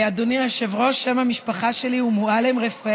אדוני היושב-ראש, שם המשפחה שלי הוא מועלם-רפאלי.